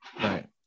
Right